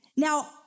Now